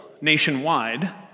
nationwide